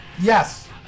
Yes